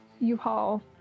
U-Haul